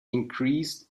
increased